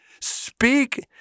speak